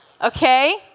Okay